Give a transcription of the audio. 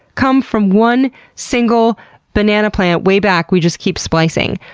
come from one single banana plant way back we just keep splicing.